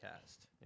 cast